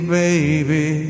baby